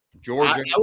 Georgia